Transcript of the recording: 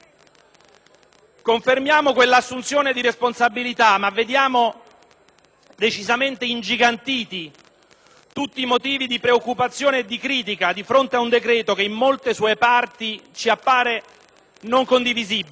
Confermiamo quell'assunzione di responsabilità, ma vediamo decisamente ingigantiti tutti i motivi di preoccupazione e di critica di fronte a un decreto che in molte sue parti ci appare non condivisibile